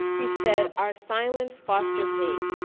he said our silence fosters hate.